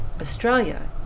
Australia